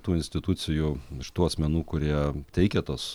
tų institucijų iš tų asmenų kurie teikė tuos